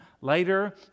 Later